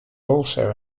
also